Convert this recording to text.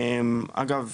אגב,